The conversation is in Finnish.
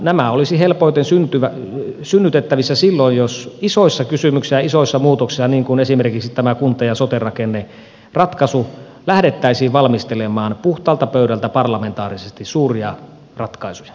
nämä olisivat helpoiten synnytettävissä silloin jos isoissa kysymyksissä ja isoissa muutoksissa niin kuin esimerkiksi tämä kunta ja sote rakenneratkaisu lähdettäisiin valmistelemaan puhtaalta pöydältä parlamentaarisesti suuria ratkaisuja